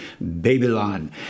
Babylon